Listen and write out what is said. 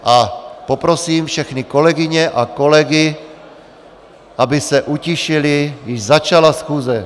A poprosím všechny kolegyně a kolegy, aby se utišili, již začala schůze...